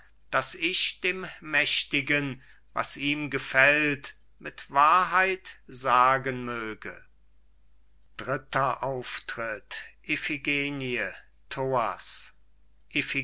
daß ich dem mächtigen was ihm gefällt mit wahrheit sagen möge dritter auftritt iphigenie